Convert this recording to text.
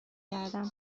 گردم